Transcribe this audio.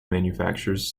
manufactures